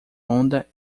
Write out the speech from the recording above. onda